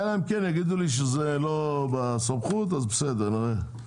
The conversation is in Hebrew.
אלא אם כן יגידו לי שזה לא בסמכות, אז בסדר, נראה.